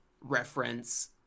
reference